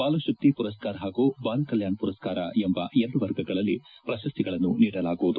ಬಾಲಶಕ್ತಿ ಮರಸ್ನಾರ್ ಹಾಗೂ ಬಾಲ ಕಲ್ಲಾಣ್ ಪುರಸ್ನಾರ ಎಂಬ ಎರಡು ವರ್ಗಗಳಲ್ಲಿ ಪ್ರಶಸ್ತಿಗಳನ್ನು ನೀಡಲಾಗುವುದು